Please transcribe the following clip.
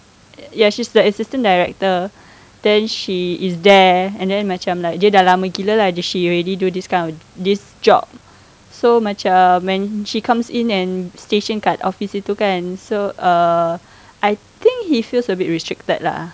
ya she's the assistant director then she is there and then macam like dia dah lama dengan kita lah she already do this kind of this job so macam when she comes in and station kan the office gitu kan so err I think he feels a bit restricted lah